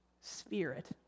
Spirit